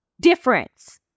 difference